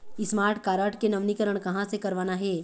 Smart card के नवीनीकरण कहां से करवाना हे?